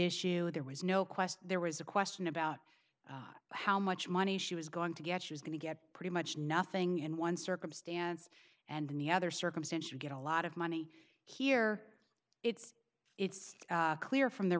issue there was no question there was a question about how much money she was going to get she was going to get pretty much nothing in one circumstance and the other circumstance to get a lot of money here it's it's clear from the